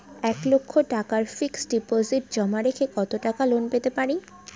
এক লক্ষ টাকার fixed deposit জমা রেখে কত টাকা লোন পেতে পারি?